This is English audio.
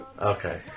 okay